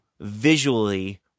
visually